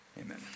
Amen